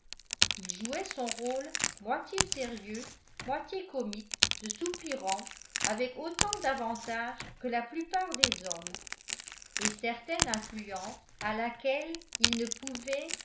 il jouait son rôle moitié sérieux moitié comique de soupirant avec autant d'avantage que la plupart des hommes et certaine influence à laquelle il ne pouvait